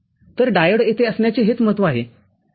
तर डायोड येथे असन्याचे हेच महत्व आहे ठीक आहे